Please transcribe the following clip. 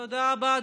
תודה רבה.